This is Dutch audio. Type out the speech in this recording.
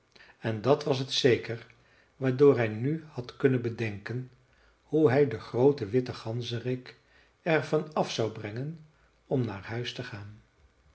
en dat was het zeker waardoor hij nu had kunnen bedenken hoe hij den grooten witten ganzerik er van af zou brengen om naar huis te gaan